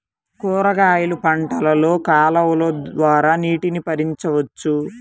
కూరగాయలు పంటలలో కాలువలు ద్వారా నీటిని పరించవచ్చా?